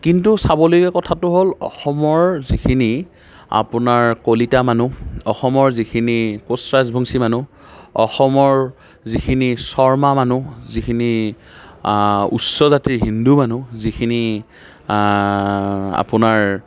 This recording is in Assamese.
কিন্তু চাবলগীয়া কথাটো হ'ল অসমৰ যিখিনি আপোনাৰ কলিতা মানুহ অসমৰ যিখিনি কোঁচ ৰাজবংশী মানুহ অসমৰ যিখিনি শৰ্মা মানুহ যিখিনি উচ্চ জাতিৰ হিন্দু মানুহ যিখিনি আপোনাৰ